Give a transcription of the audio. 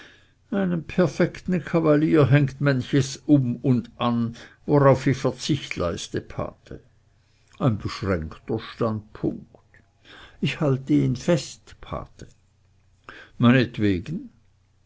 einem perfekten kavalier hängt manches um und an worauf ich verzicht leiste pate ein beschränkter standpunkt ich halte ihn fest pate meinetwegen